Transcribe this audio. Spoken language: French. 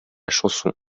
chanson